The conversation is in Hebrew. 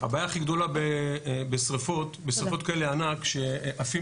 הבעיה הכי גדולה בשריפות ענק כאלה שעפים